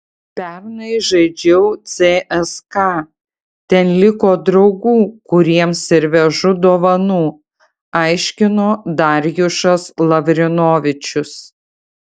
pernai žaidžiau cska ten liko draugų kuriems ir vežu dovanų aiškino darjušas lavrinovičius